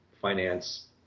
finance